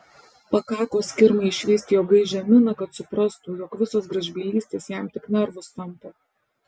pakako skirmai išvysti jo gaižią miną kad suprastų jog visos gražbylystės jam tik nervus tampo